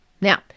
Now